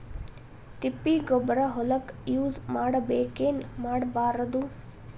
ತಿಪ್ಪಿಗೊಬ್ಬರ ಹೊಲಕ ಯೂಸ್ ಮಾಡಬೇಕೆನ್ ಮಾಡಬಾರದು?